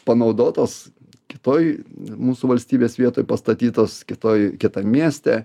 panaudotos kitoj mūsų valstybės vietoj pastatytos kitoj kitam mieste